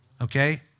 Okay